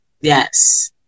Yes